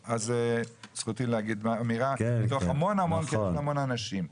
זכותי להגיד אמירה מתוך המון תלונות של המון אנשים.